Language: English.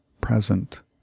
Present